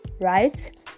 right